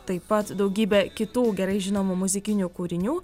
taip pat daugybė kitų gerai žinomų muzikinių kūrinių